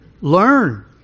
Learn